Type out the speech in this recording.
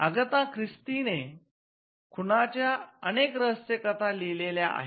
Agatha क्रिस्टीने खुनाच्या अनेक रहस्य कथा लिहिलेल्या आहेत